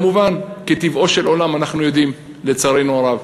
כמובן, כטבעו של עולם, אנחנו יודעים, לצערנו הרב: